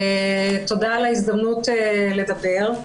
תודה על ההזדמנות לדבר.